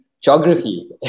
geography